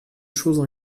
choses